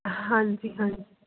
ਹਾਂਜੀ ਹਾਂਜੀ